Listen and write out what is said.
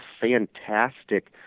fantastic